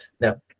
no